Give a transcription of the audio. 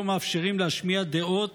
לא מאפשרים להשמיע דעות